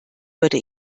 würde